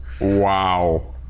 Wow